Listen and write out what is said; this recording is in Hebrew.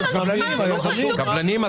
הקבלנים?